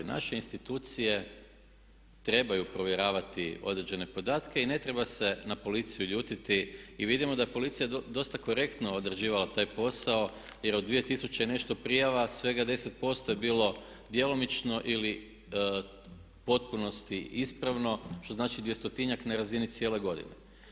Naše institucije trebaju provjeravati određene podatke i ne treba se na policiju ljutiti i vidimo da je policija dosta korektno odrađivala taj posao jer od 2000 i nešto prijava svega 10% je bilo djelomično ili u potpunosti ispravno što znači 200-tinjak na razini cijele godine.